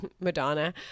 Madonna